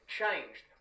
changed